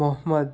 Mohammed